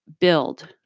build